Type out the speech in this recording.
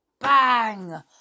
bang